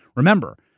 remember,